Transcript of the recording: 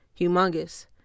Humongous